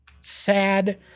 sad